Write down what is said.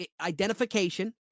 identification